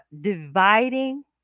dividing